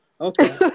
Okay